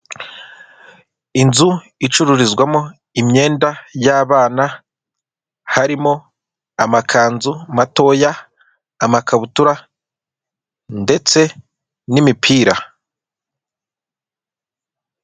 Inzu icururizwamo imyenda y'abana, harimo amakunzu matoya amakabutura ndetse n'imipira.